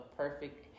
perfect